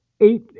eight